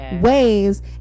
ways